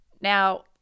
Now